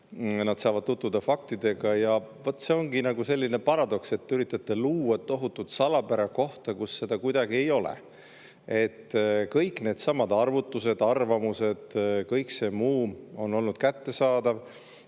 Nad saavad tutvuda faktidega. Ja vaat, see ongi selline paradoks. Te üritate luua tohutut salapära kohta, kus seda kuidagi ei ole. Kõik needsamad arvutused, arvamused ja kõik muu on olnud kättesaadav.